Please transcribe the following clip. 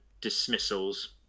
dismissals